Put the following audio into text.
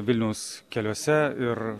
vilniaus keliuose ir